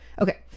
okay